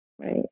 Right